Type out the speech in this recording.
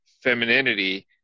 femininity